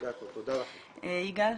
יגאל.